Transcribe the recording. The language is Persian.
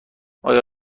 آیا